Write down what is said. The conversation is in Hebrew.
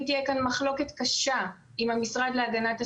אם תהיה כאן מחלוקת קשה עם המשרד להגנת הסביבה,